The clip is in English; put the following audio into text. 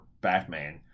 batman